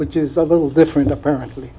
which is a little different apparently